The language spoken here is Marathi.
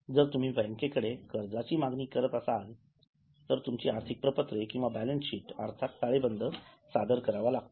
जर तुम्ही बँकेकडे कर्जाची मागणी करत असाल तर तुमची आर्थिक प्रपत्रे किंवा बॅलन्सशीट अर्थात ताळेबंद सादर करावा लागतो